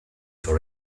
for